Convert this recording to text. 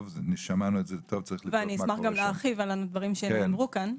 אני אשמח גם להרחיב על הדברים שנאמרו כאן.